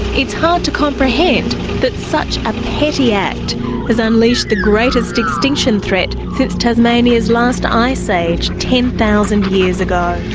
it's hard to comprehend that such a petty act has unleashed the greatest extinction threat since tasmania's last ice age ten thousand years ago.